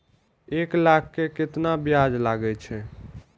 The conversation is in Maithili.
एक लाख के केतना ब्याज लगे छै?